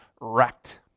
wrecked